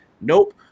nope